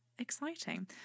exciting